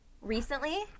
Recently